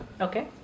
okay